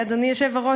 אדוני היושב-ראש,